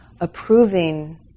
approving